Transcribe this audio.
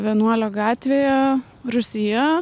vienuolio gatvėje rūsyje